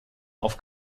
auf